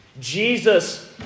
Jesus